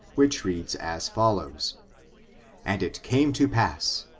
which reads as follows and it came to pass,